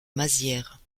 mazières